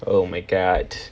oh my god